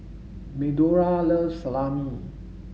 Medora loves Salami